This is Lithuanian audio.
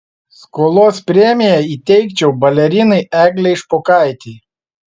skolos premiją įteikčiau balerinai eglei špokaitei